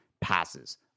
passes